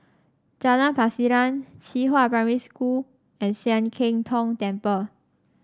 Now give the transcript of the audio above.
Jalan Pasiran Qihua Primary School and Sian Keng Tong Temple